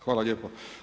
Hvala lijepo.